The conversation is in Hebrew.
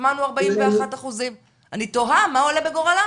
שמענו 41%. אני תוהה מה עולה בגורלם.